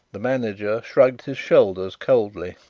the manager shrugged his shoulders coldly.